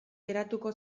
geratuko